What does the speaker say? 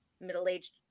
middle-aged